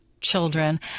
children